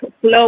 flow